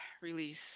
Release